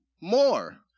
more